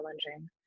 challenging